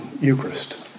Eucharist